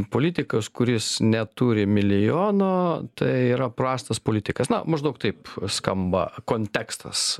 politikas kuris neturi milijono tai yra prastas politikas na maždaug taip skamba kontekstas